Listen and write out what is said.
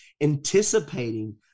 anticipating